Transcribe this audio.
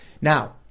Now